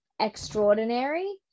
extraordinary